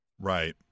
Right